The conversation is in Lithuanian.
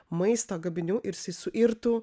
maisto gaminių ir jisai suirtų